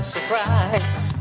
Surprise